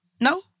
No